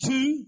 Two